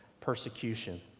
persecution